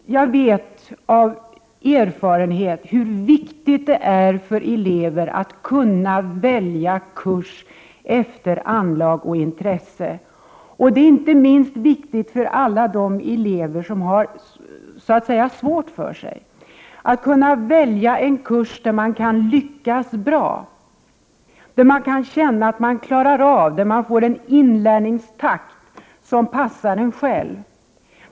Jag vet av erfarenhet hur viktigt det är för eleverna att kunna välja kurs efter anlag och intresse. Detta är inte minst viktigt för alla de elever som har så att säga svårt för sig, att kunna välja en kurs där man kan lyckas bra. Man skall kunna känna att man klarar av det man gör och att man får en inlärningstakt som passar en själv.